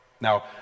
Now